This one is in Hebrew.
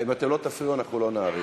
אם אתם לא תפריעו, אנחנו לא נאריך.